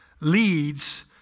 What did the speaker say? leads